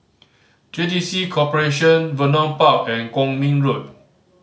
J T C Corporation Vernon Park and Kwong Min Road